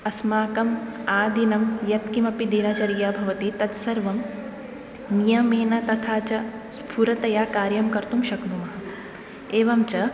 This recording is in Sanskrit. अस्माकम् आदिनं यत्किमपि दिनचर्या भवति तद्सर्वं नियमेन तथा च स्फुरतया कार्यं कर्तुं शक्नुमः एवञ्च